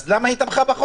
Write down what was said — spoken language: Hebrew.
אז למה היא תמכה בחוק?